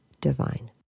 divine